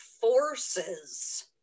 forces